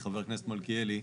מלכיאלי, חבר הכנסת מלכיאלי.